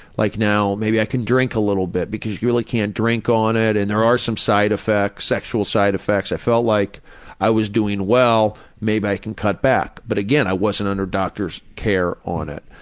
like now maybe i can drink a little bit, because you really can't drink on it, and there are some side effects sexual side effects. i felt like i was doing well, maybe i could cut back. but again i wasn't under doctor's care on it.